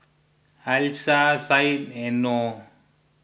Alyssa Said and Noh